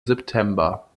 september